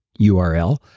URL